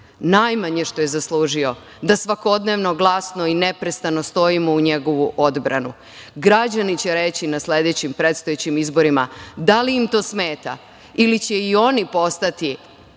najmanje što je zaslužio, da svakodnevno glasno i neprestano stojimo u njegovu odbranu, a građani će reći na sledećim predstojećim izborima, da li im to smeta ili će i oni postati